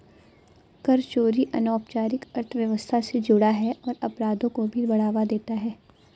कर चोरी अनौपचारिक अर्थव्यवस्था से जुड़ा है और अपराधों को भी बढ़ावा देता है